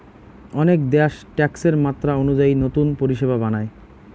অনেক দ্যাশ ট্যাক্সের মাত্রা অনুযায়ী নতুন পরিষেবা বানায়